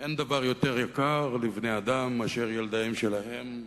שאין דבר יותר יקר לבני-אדם מאשר ילדיהם שלהם.